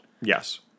Yes